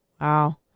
Wow